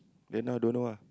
then now don't know ah